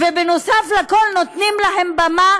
ונוסף על הכול נותנים להם במה